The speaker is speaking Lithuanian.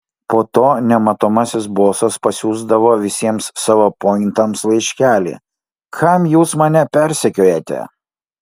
po to nematomasis bosas pasiųsdavo visiems savo pointams laiškelį kam jūs mane persekiojate